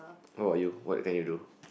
what about you what can you do